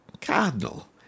cardinal